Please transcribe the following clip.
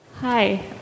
Hi